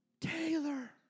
Taylor